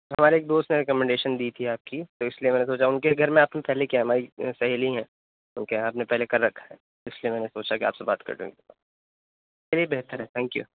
ہمارے ایک دوست نے ریکمنڈیشن دی تھی آپ کی تو اس لیے میں نے سوچا ان کے گھر میں آپ نے پہلے کیا ہماری سہیلی ہیں ان کے یہاں آپ نے پہلے کر رکھا ہے اس لیے میں نے سوچا کہ آپ سے بات کر لوں ایک بار چلیے بہتر ہے تھینک یو